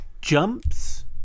jumps